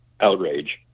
outrage